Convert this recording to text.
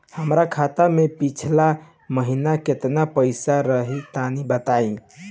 हमरा खाता मे पिछला महीना केतना पईसा रहे तनि बताई?